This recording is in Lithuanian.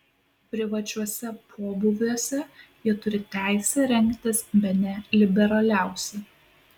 privačiuose pobūviuose jie turi teisę rengtis bene liberaliausiai